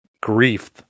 grief